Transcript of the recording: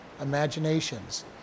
imaginations